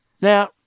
Now